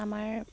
আমাৰ